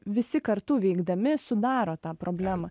visi kartu veikdami sudaro tą problemą